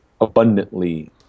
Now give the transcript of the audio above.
abundantly